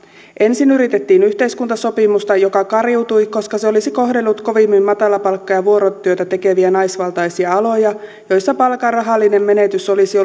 ensin yritettiin yhteiskuntasopimusta joka kariutui koska se olisi kohdellut kovimmin matalapalkka ja vuorotyötä tekeviä naisvaltaisia aloja joissa palkan rahallinen menetys olisi